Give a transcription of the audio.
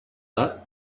that